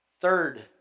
Third